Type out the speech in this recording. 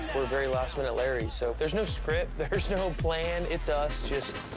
we're very last-minute larry. so there's no script. there's no plan. it's us just